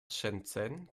shenzhen